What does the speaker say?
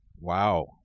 Wow